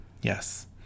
yes